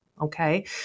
Okay